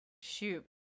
shoot